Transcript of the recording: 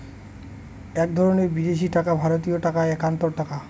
এক ধরনের বিদেশি টাকা ভারতীয় টাকায় একাত্তর টাকা